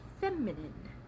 feminine